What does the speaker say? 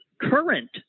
current